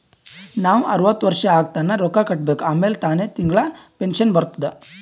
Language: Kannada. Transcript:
ನಾವ್ ಅರ್ವತ್ ವರ್ಷ ಆಗತನಾ ರೊಕ್ಕಾ ಕಟ್ಬೇಕ ಆಮ್ಯಾಲ ತಾನೆ ತಿಂಗಳಾ ಪೆನ್ಶನ್ ಬರ್ತುದ್